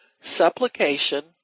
supplication